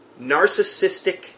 Narcissistic